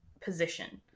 position